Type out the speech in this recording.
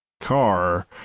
car